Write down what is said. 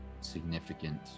significant